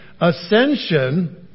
ascension